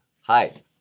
Hi